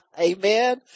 Amen